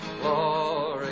Glory